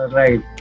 right